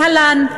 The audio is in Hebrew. להלן: